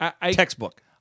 Textbook